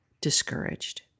discouraged